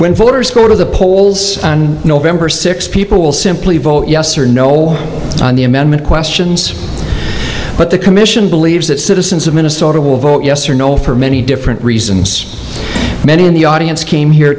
when voters go to the polls november sixth people will simply vote yes or no on the amendment questions but the commission believes that citizens of minnesota will vote yes or no for many different reasons many in the audience came here